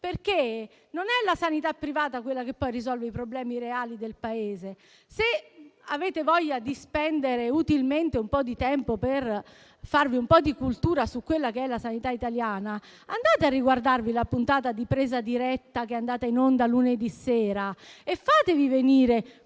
noi. Non è la sanità privata quella che poi risolve i problemi reali del Paese. Se avete voglia di spendere utilmente del tempo per farvi un po' di cultura sulla sanità italiana, guardate la puntata di «Presa diretta» che è andata in onda lunedì sera e fatevi venire